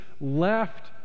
left